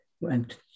went